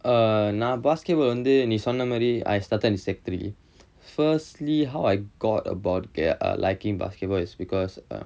err நா:naa basketball வந்து நீ சொன்னமாரி:vanthu nee sonnamari I started in secondary three firstly how I got about get err liking basketball is because uh